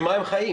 ממה הם חיים?